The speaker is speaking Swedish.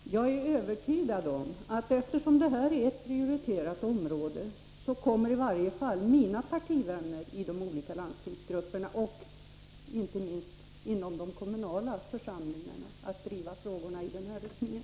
Fru talman! Jag är övertygad om att eftersom detta är ett prioriterat område kommer i varje fall mina partivänner i de olika landstingsgrupperna och inte minst i de kommunala församlingarna att driva frågorna i den här riktningen.